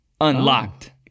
Unlocked